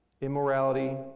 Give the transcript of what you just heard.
immorality